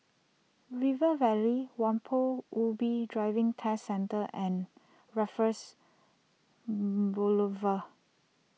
River Valley Kampong Ubi Driving Test Centre and Raffles Boulevard